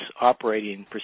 operating